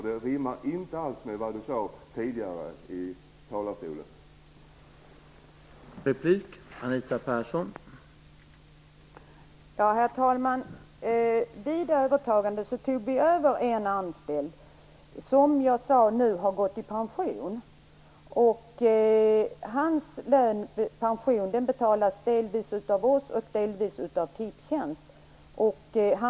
Det rimmar nämligen inte alls med vad du sade från talarstolen tidigare.